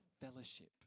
fellowship